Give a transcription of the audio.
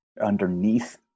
underneath